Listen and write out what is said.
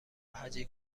هجی